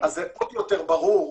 אז זה עוד יותר ברור.